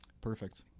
Perfect